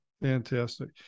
Fantastic